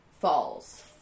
Falls